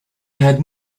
had